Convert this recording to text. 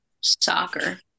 Soccer